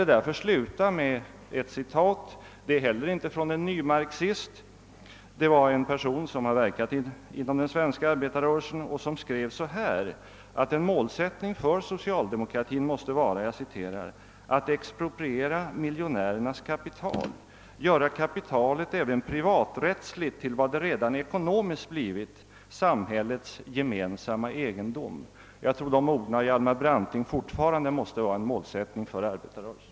Därför vill jag i likhet med herr Erlander sluta med ett citat från en person som inte är nymarxist. Han skrev att målsättningen för socialdemokratin måste vara »att expropriera miljonärernas kapital, göra kapitalet även privaträttsligt till vad det redan ekonomiskt blivit, samhällets gemensamma egendom». Jag tror att de orden av Hjalmar Branting alltjämt måste vara målsättning för arbetarrörelsen.